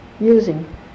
using